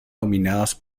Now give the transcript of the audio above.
dominadas